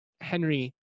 Henry